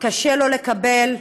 קשה לו לקבל.